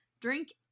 drink